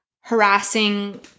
harassing